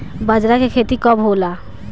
बजरा के खेती कब होला?